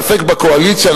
ספק בקואליציה,